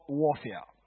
warfare